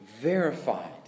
verified